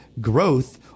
growth